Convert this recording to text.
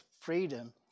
freedom